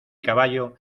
caballo